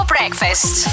Breakfast